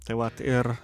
tai vat ir